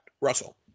Russell